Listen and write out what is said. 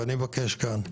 ואני מבקש כאן,